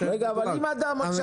אבל גם כשהצעת לציבור לעשות את זה,